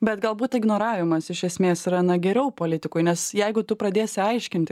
bet galbūt ignoravimas iš esmės yra na geriau politikui nes jeigu tu pradėsi aiškinti